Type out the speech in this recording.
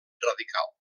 radical